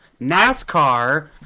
NASCAR